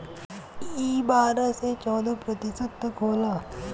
ई बारह से चौदह प्रतिशत तक होला